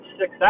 six